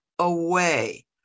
Away